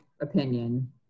opinion